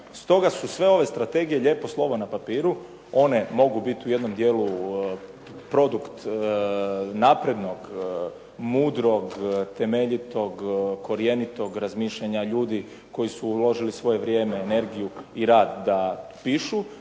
Stoga su sve ove strategije lijepo slovo na papiru, one mogu biti u jednom dijelu produkt naprednog, mudrog, temeljitog, korjenitog razmišljanja ljudi koji su uložili svoje vrijeme, energiju i rad da pišu,